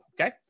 okay